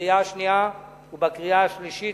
בקריאה שנייה ובקריאה שלישית.